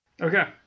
Okay